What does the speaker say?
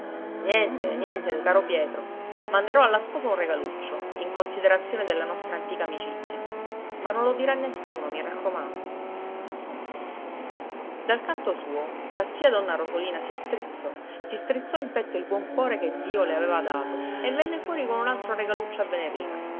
niente niente caro pietro manderò alla sposa un regaluccio in considerazione della nostra antica amicizia ma non lo dire a nessuno mi raccomando dal canto suo la zia donna rosolina si strizzò si strizzò in petto il buon cuore che dio le aveva dato e venne fuori con un altro regaluccio a venerina